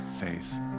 faith